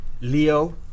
leo